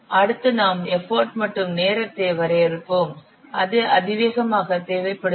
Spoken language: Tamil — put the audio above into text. அடுத்து நாம் எஃபர்ட் மற்றும் நேரத்தை வரையறுப்போம் எது அதிவேகமாக தேவைப்படுகிறது